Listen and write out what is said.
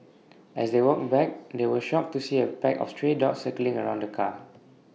as they walked back they were shocked to see A pack of stray dogs circling around the car